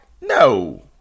No